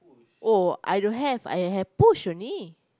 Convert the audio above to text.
oh I don't have I have push only